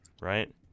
Right